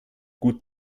gut